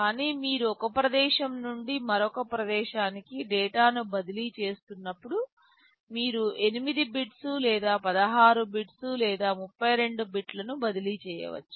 కానీ మీరు ఒక ప్రదేశం నుండి మరొక ప్రదేశానికి డేటాను బదిలీ చేస్తున్నప్పుడు మీరు 8 బిట్స్ లేదా 16 బిట్స్ లేదా 32 బిట్లను బదిలీ చేయవచ్చు